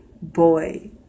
boy